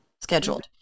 scheduled